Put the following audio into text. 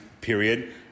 period